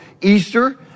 Easter